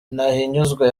ntahinyuzwa